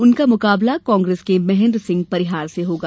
उनका मुकाबला कांग्रेस के महेन्द्र सिंह परिहार से होगा